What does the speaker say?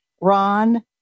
Ron